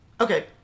Okay